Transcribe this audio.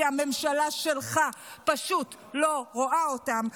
כי הממשלה שלך פשוט לא רואה אותם.